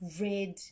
red